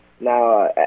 Now